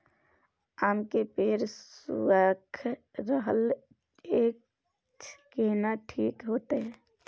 आम के पेड़ सुइख रहल एछ केना ठीक होतय?